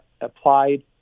applied